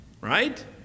right